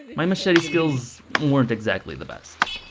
my machete skills weren't exactly the best.